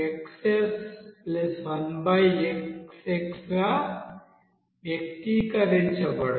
ఇది xDxs1xs గా వ్యక్తీకరించబడుతుంది